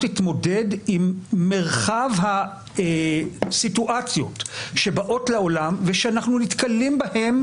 תתמודד עם מרחב הסיטואציות שבאות לעולם ושאנחנו נתקלים בהם,